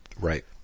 Right